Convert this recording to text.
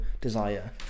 desire